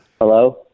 hello